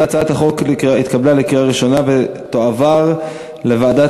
הצעת החוק התקבלה בקריאה ראשונה ותועבר לוועדת